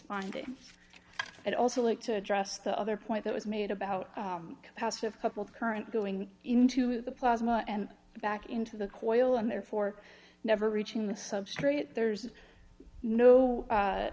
findings and also like to address the other point that was made about passive couple current going into the plasma and back into the coil and therefore never reaching the substrate there's no